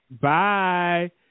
Bye